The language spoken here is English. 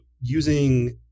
using